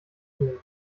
tun